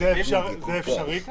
זה אפשרי כאן?